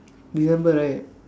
December right